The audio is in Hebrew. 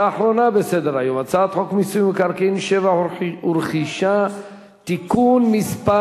הסדרת העיסוק במקצועות הבריאות (תיקון מס'